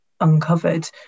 uncovered